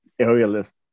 aerialist